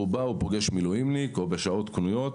החייל בא ופוגש מילואימניק או בשעות קנויות,